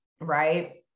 right